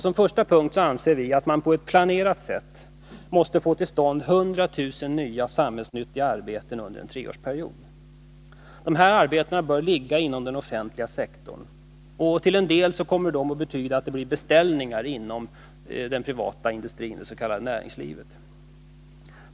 Som första punkt anser vi att man på ett planerat sätt måste få till stånd 100 000 nya samhällsnyttiga arbeten under en treårsperiod. De arbetena bör ligga inom den offentliga sektorn. Till en del kommer de att betyda att det blir beställningar inom den privata industrin, det s.k. näringslivet.